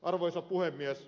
arvoisa puhemies